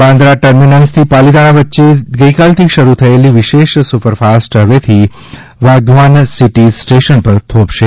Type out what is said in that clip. બાન્દ્રા ટર્મિનસથી પાલિતાણા વચ્ચે ગઇકાલથી શરૂ થયેલી વિશેષ સુપરફાસ્ટ હવેથી વાઘવાન સિટી સ્ટેશન પર થોભશે